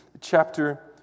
chapter